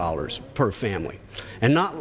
dollars per family and not